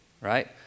right